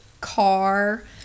car